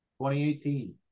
2018